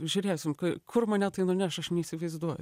žiūrėsim kai kur mane tai nuneš aš neįsivaizduoju